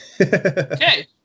Okay